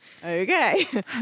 Okay